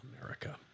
America